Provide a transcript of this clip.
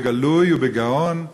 בגלוי ובגאון,